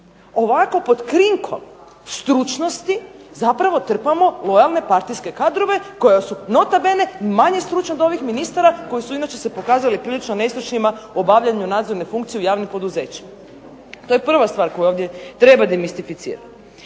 Ovako pod krinkom stručnosti zapravo trpamo lojalne partijske kadrove koji su nota bene manje stručni od ovih ministara koji su inače se pokazali prilično nestručnima u obavljanju javne funkcije u javnim poduzećima. To je prva stvar koju ovdje treba demistificirati.